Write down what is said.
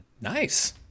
nice